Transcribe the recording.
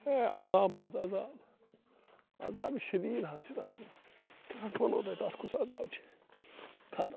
ہے عذاب ہسا عذاب عذابہِ شدیٖد حظ چھُ تتھ منٛز کیٛاہ حظ ونہٕو تتھ کُس عذاب چھُ ختٕم حظ ختٕم